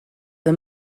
the